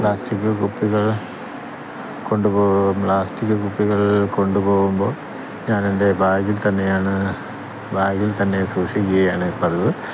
plastic കുപ്പികൾ കൊണ്ടുപോവുകയും plastic കുപ്പികൾ കൊണ്ടുപോവുമ്പോൾ ഞാനെൻ്റെ ബാഗിൽ തന്നെയാണ് ബാഗിൽ തന്നെ സൂക്ഷിക്കുകയാണ് പതിവ്